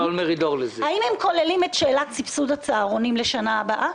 האם הם כוללים את שאלת סבסוד הצהרונים לשנה הבאה?